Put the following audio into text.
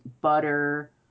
butter